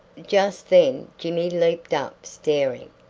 just then jimmy leaped up staring,